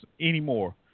anymore